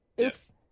Oops